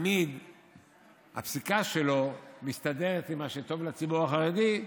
תמיד הפסיקה שלו מסתדרת עם מה שטוב לציבור החרדי,